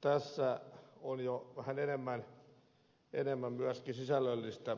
tässä on jo vähän enemmän myöskin sisällöllistä